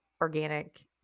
organic